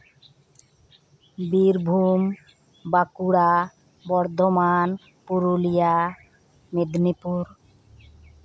Birbhum Bankura Bardhaman Purulia Medinipur